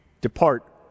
Depart